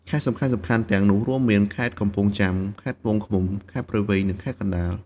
ខេត្តសំខាន់ៗទាំងនោះរួមមាន ខេត្តកំពង់ចាម ខេត្តត្បូងឃ្មុំ ខេត្តព្រៃវែង និងខេត្តកណ្ដាល។